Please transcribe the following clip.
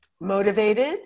Motivated